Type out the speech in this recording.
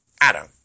Adam